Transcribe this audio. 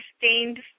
sustained